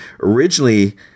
originally